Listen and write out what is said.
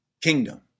kingdom